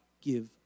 give